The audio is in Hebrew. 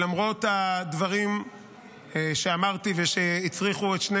למרות הדברים שאמרתי ושהצריכו את שני